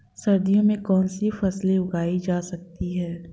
सर्दियों में कौनसी फसलें उगाई जा सकती हैं?